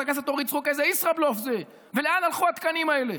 הכנסת אורית סטרוק איזה ישראבלוף זה ולאן הלכו התקנים האלה.